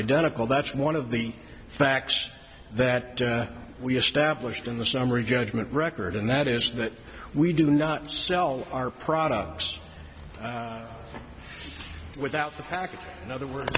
identical that's one of the facts that we established in the summary judgment record and that is that we do not sell our products without the package in other words